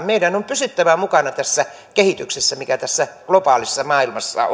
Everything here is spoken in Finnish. meidän on pysyttävä mukana tässä kehityksessä mikä tässä globaalissa maailmassa